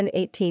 18